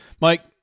Mike